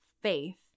faith